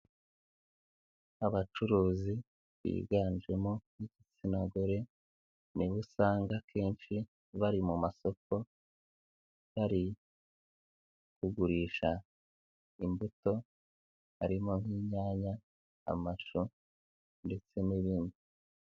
Abacuruzi biganjemo igitsina gore ni bo usangakenshi bari mu masoko, bari kugurisha imbuto harimo nk'inyanya, amashu ndetse n'ibindi.